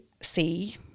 see